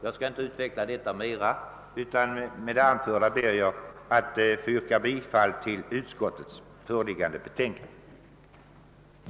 Jag skall inte utveckla detta mer, utan med det sagda ber jag att få yrka bifall till utskottets föreliggande förslag.